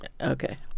Okay